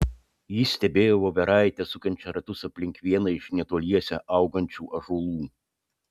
ji stebėjo voveraitę sukančią ratus aplink vieną iš netoliese augančių ąžuolų